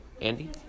Andy